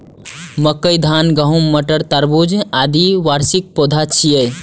मकई, धान, गहूम, मटर, तरबूज, आदि वार्षिक पौधा छियै